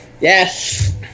Yes